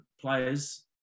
players